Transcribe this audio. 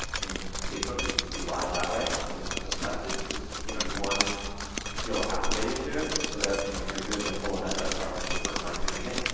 in facebook, you can just do live that way and just just test it and just you know you wanna just feel acclimated to it so that when you're doing the full event that's not like your first time doing it